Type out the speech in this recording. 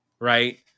right